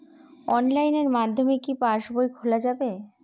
অনলাইনের মাধ্যমে কি পাসবই খোলা যাবে?